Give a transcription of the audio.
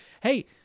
Hey